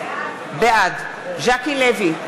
בעד ז'קי לוי,